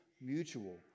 mutual